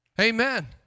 Amen